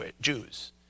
Jews